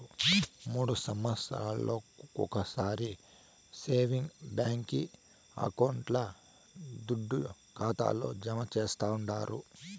మూడు మాసాలొకొకసారి సేవింగ్స్ బాంకీ అకౌంట్ల దుడ్డు ఖాతాల్లో జమా చేస్తండారు